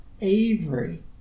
Avery